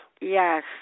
Yes